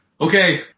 Okay